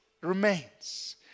remains